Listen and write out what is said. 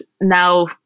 now